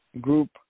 group